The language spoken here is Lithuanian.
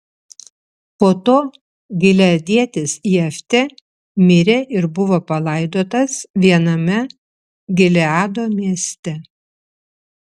po to gileadietis jeftė mirė ir buvo palaidotas viename gileado mieste